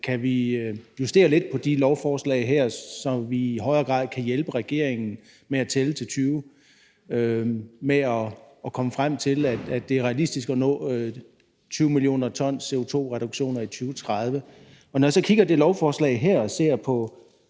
kan justere lidt på de her lovforslag, så vi i højere grad kan hjælpe regeringen med at tælle til 20 og komme frem til, at det er realistisk at nå 20 mio. t i CO2-reduktioner i 2030. Når jeg så kigger i det her lovforslag og ser på,